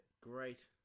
great